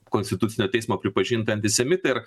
konstitucinio teismo pripažintą antisemitą ir